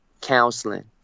counseling